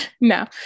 no